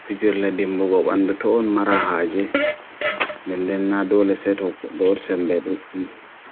Fijirle ɗimɓugo ɓanɗu toi on maraa haaje nɗe nɗe na ɗole sai to goɗɗo woɗi semɓe ɗuɗum